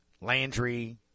Landry